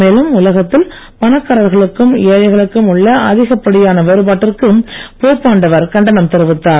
மேலும் உலகத்தில் பணக்காரர்களுக்கும் ஏழைகளுக்கும் உள்ள அதிகப்படியான வேறுபாட்டிற்கு போப்பாண்டவர் கண்டனம் தெரிவித்தார்